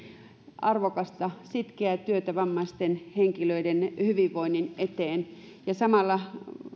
arvokasta sitkeää työtä vammaisten henkilöiden hyvinvoinnin eteen ja